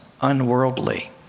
unworldly